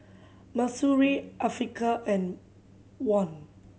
Mahsuri Afiqah and Wan